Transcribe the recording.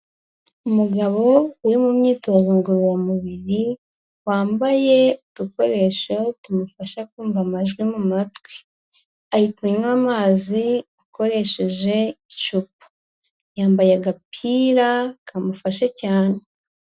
Umugabo uri mu myitozo ngororamubiri wambaye udukoresho tumufasha kumva amajwi mu matwi, ari kunywa amazi akoresheje icupa, yambaye agapira kamufashe cyane.